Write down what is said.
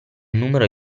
numero